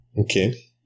Okay